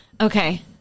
Okay